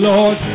Lord